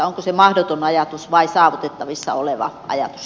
onko se mahdoton ajatus vai saavutettavissa oleva ajatus